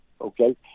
Okay